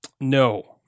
No